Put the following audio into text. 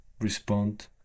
respond